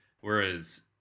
Whereas